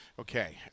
Okay